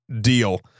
deal